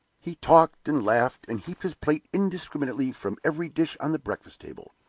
he talked and laughed, and heaped his plate indiscriminately from every dish on the breakfast-table.